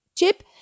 Chip